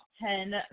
ten